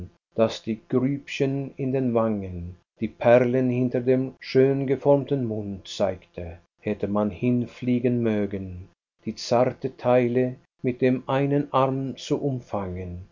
das die grübchen in den wangen die perlen hinter dem schöngeformten mund zeigte hätte man hinfliegen mögen die zarte taille mit dem einen arm zu umfangen